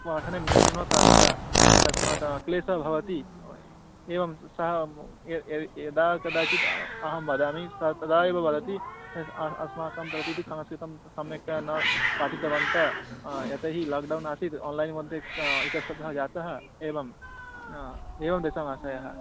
पाठने न्यूनतागता तस्मात् क्लेशः भवति एवं सः यदा कदाचित् अहं वदामि सः तदा एव वदति अस्माकं प्रति तु संस्कृतं सम्यक्तया न पाठितवन्तः यतो हि लाक्डौन् आसीत् आन्लैन्मध्ये इतस्ततः जातः एवम् एवं तेषामाशयः